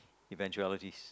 eventualities